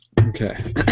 Okay